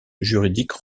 juridique